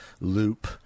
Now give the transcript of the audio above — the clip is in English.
loop